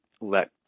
let